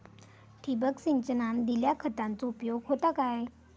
ठिबक सिंचनान दिल्या खतांचो उपयोग होता काय?